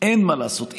אין מה לעשות,